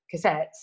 cassettes